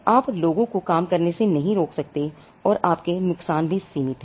आप लोगों को काम करने से नहीं रोक सकते हैं और आपके नुकसान भी सीमित हैं